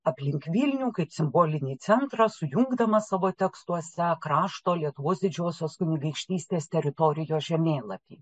aplink vilnių kaip simbolinį centrą sujungdamas savo tekstuose krašto lietuvos didžiosios kunigaikštystės teritorijos žemėlapį